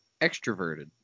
extroverted